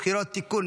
(תיקון,